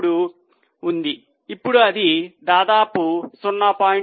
33 ఉంది ఇప్పుడు అది దాదాపు 0